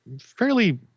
fairly